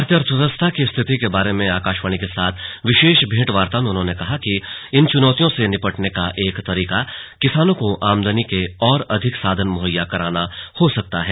भारतीय अर्थव्यवस्था की स्थिति के बारे में आकाशवाणी के साथ विशेष भेंटवार्ता में उन्होंने कहा कि इन चुनौतियों से निपटने का एक तरीका किसानों को आमदनी के और अधिक साधन मुहैया कराना हो सकता है